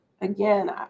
again